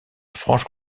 franche